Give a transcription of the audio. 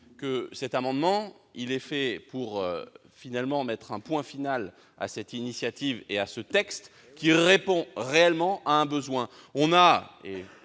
que cet amendement vise à mettre un point final à cette initiative et à ce texte, qui répond réellement à un besoin.